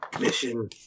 Mission